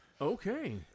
Okay